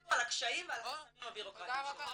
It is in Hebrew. שיקלו על הקשיים ועל החסמים הבירוקראטיים שלו.